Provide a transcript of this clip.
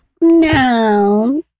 No